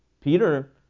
Peter